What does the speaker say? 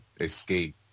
escape